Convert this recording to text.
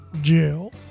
jail